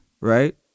Right